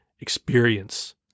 experience